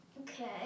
Okay